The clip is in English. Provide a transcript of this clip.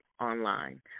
online